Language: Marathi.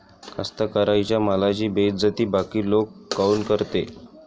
कास्तकाराइच्या मालाची बेइज्जती बाकी लोक काऊन करते?